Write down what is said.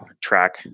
track